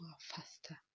faster